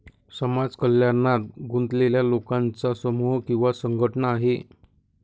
समाज कल्याणात गुंतलेल्या लोकांचा समूह किंवा संघटना आहे